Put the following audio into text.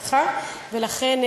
ולכן,